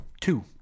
two